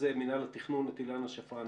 אילנה שפרן,